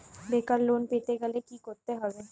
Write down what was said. বেকার লোন পেতে গেলে কি করতে হবে?